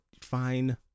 fine